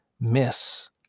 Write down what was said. miss